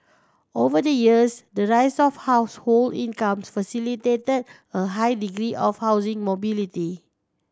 over the years the rise of household incomes facilitated a high degree of housing mobility